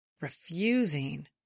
Refusing